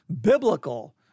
biblical